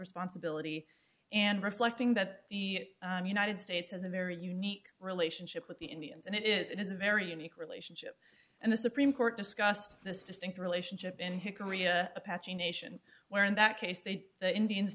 responsibility and reflecting that the united states has a very unique relationship with the indians and it is a very unique relationship and the supreme court discussed this distinct relationship in here korea apache nation where in that case they the indians